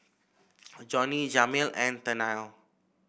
Johney Jameel and Tennille